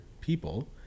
people